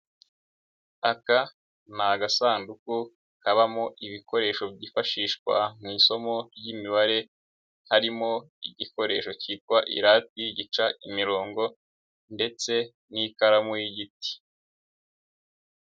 Aka ni agasanduku kabamo ibikoresho byifashishwa mu isomo ry'imibare, harimo igikoresho kitwa irati gica imirongo ndetse n'ikaramu y'igiti.